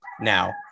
now